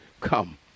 come